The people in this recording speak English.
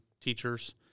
teachers